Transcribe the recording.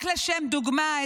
רק לשם דוגמה,